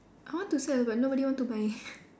I want to sell but nobody want to buy